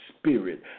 spirit